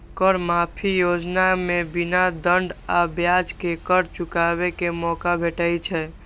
कर माफी योजना मे बिना दंड आ ब्याज के कर चुकाबै के मौका भेटै छै